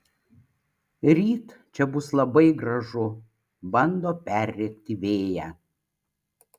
ryt čia bus labai gražu bando perrėkti vėją